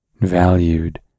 valued